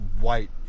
white